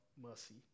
mercy